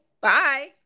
Bye